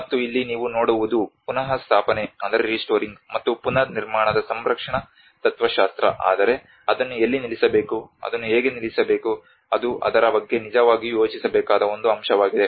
ಮತ್ತು ಇಲ್ಲಿ ನೀವು ನೋಡುವುದು ಪುನಃಸ್ಥಾಪನೆ ಮತ್ತು ಪುನರ್ನಿರ್ಮಾಣದ ಸಂರಕ್ಷಣಾ ತತ್ವಶಾಸ್ತ್ರ ಆದರೆ ಅದನ್ನು ಎಲ್ಲಿ ನಿಲ್ಲಿಸಬೇಕು ಅದನ್ನು ಹೇಗೆ ನಿಲ್ಲಿಸಬೇಕು ಅದು ಅದರ ಬಗ್ಗೆ ನಿಜವಾಗಿಯೂ ಯೋಚಿಸಬೇಕಾದ ಒಂದು ಅಂಶವಾಗಿದೆ